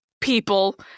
people